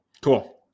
cool